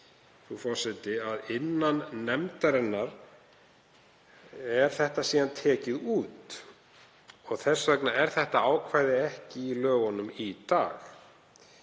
ferli að innan nefndarinnar er þetta síðan tekið út og þess vegna er ákvæðið ekki í lögunum í dag.